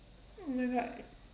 oh my god